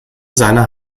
seiner